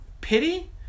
pity